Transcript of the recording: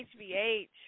HVH